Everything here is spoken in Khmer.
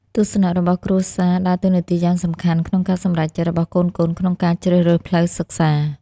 ទស្សនៈរបស់គ្រួសារ ដើរតួនាទីយ៉ាងសំខាន់ក្នុងការសម្រេចចិត្តរបស់កូនៗក្នុងការជ្រើសរើសផ្លូវសិក្សា។